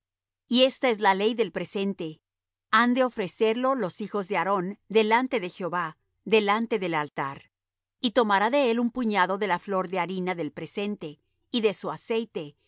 y esta es la ley del presente han de ofrecerlo los hijos de aarón delante de jehová delante del altar y tomará de él un puñado de la flor de harina del presente y de su aceite